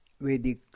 Vedic